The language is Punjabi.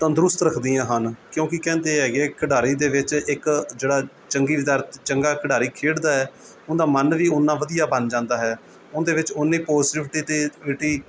ਤੰਦਰੁਸਤ ਰੱਖਦੀਆਂ ਹਨ ਕਿਉਂਕਿ ਕਹਿੰਦੇ ਹੈਗੇ ਖਿਡਾਰੀ ਦੇ ਵਿੱਚ ਇੱਕ ਜਿਹੜਾ ਚੰਗੀ ਚੰਗਾ ਖਿਡਾਰੀ ਖੇਡਦਾ ਹੈ ਉਹਦਾ ਮਨ ਵੀ ਉਨਾਂ ਵਧੀਆ ਬਣ ਜਾਂਦਾ ਹੈ ਉਹਦੇ ਵਿੱਚ ਉਨੀਂ ਪੌਜ਼ੀਟੀਵਿਟੀ ਅਤੇ ਵਿਟੀ